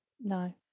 No